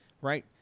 right